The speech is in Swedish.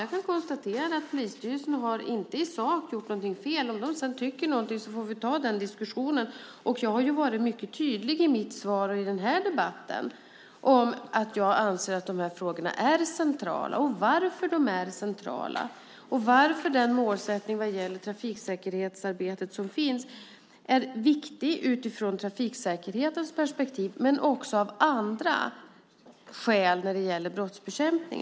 Jag kan konstatera att polisstyrelsen inte har gjort fel i sak. Om de sedan tycker någonting får vi ta den diskussionen. Jag har varit mycket tydlig i mitt svar och i den här debatten om att jag anser att de här frågorna är centrala, om varför de är centrala och om varför den målsättning som finns vad gäller trafiksäkerhetsarbetet är viktig utifrån trafiksäkerhetens perspektiv men också av andra skäl när det gäller brottsbekämpning.